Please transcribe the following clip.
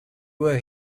were